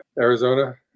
Arizona